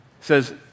says